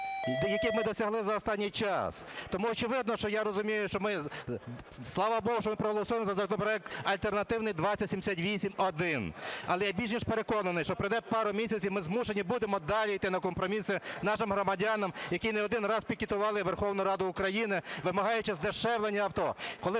яких ми досягли за останній час. Тому, очевидно, що я розумію, що ми… слава Богу, що ми проголосуємо за законопроект альтернативний 2078-1. Але я більше ніж переконаний, що пройде пару місяців, ми змушені будемо далі йти на компроміси нашим громадянам, які не один раз пікетували Верховну Раду України, вимагаючи здешевлення авто.